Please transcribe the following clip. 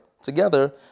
together